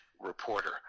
reporter